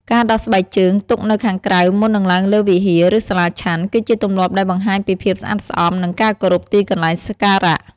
ការដោះស្បែកជើងទុកនៅខាងក្រៅមុននឹងឡើងលើវិហារ ឬសាលាឆាន់ គឺជាទម្លាប់ដែលបង្ហាញពីភាពស្អាតស្អំ និងការគោរពទីកន្លែងសក្ការៈ។